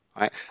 right